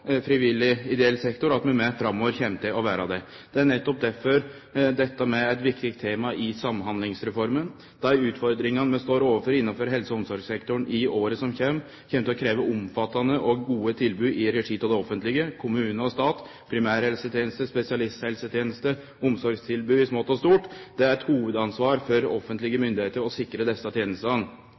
frivillig, ideell sektor, og at vi òg framover kjem til å vere det. Det er nettopp derfor dette er eit viktig tema i Samhandlingsreforma. Dei utfordringane vi står overfor innan helse- og omsorgssektoren i åra som kjem, kjem til å krevje omfattande og gode tilbod i regi av det offentlege, kommune og stat, primærhelseteneste, spesialisthelseteneste, omsorgstilbod i smått og stort. Det er eit hovudansvar for offentlege myndigheiter å sikre desse tenestene.